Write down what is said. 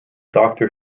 doctor